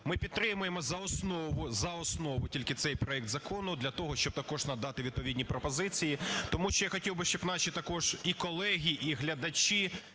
за основу, за основу тільки цей проект закону для того, щоб також надати відповідні пропозиції. Тому що я хотів би, щоб наші також і колеги, і глядачі